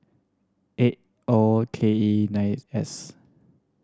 eight O K E nine S